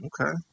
Okay